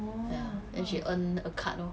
ya and she earn a card lor